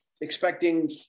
expecting